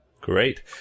Great